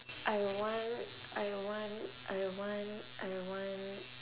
I want I want I want I want